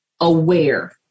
aware